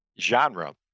genre